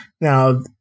Now